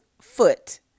foot